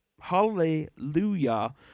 hallelujah